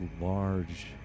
large